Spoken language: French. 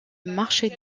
marche